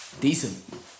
Decent